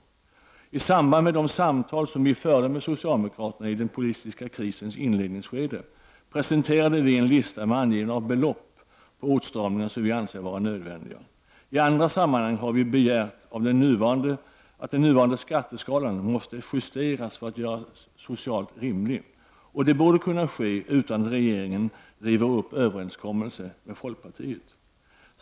I samband med de samtal som vi förde med socialdemokraterna i den politiska krisens inledningsskede presenterade vi en lista med angivande av belopp på åtstramningar som vi anser vara nödvändiga. I andra sammanhang har vi begärt att den nuvarande skatteskalan måste justeras för att göras soci alt rimlig. Det borde kunna ske utan att regeringen river upp överenskommelsen med folkpartiet.